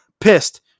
pissed